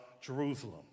Jerusalem